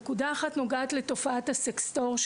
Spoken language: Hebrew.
נקודה אחת נוגעת לתופעת ה-Sextortion,